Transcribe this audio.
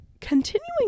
continuing